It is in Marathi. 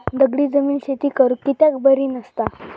दगडी जमीन शेती करुक कित्याक बरी नसता?